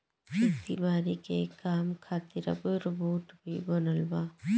खेती बारी के काम खातिर अब रोबोट भी बनल बा